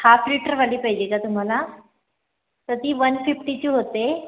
half लिटरवाली पाहिजे का तुम्हाला तर ती वन फिफ्टीची होते